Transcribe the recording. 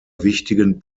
wichtigen